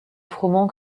froment